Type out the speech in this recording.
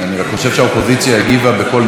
אני רק חושב שהאופוזיציה הגיבה בקול מאוד